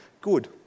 good